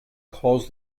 calls